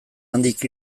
handik